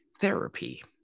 therapy